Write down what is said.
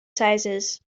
sizes